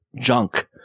junk